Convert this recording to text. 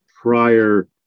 prior